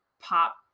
pop